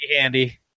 Handy